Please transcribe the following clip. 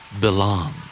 Belong